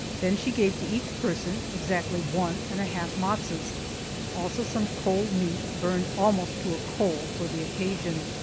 then she gave to each person exactly one and a half matzos also some cold meat, burned almost to a coal for the occasion.